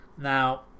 now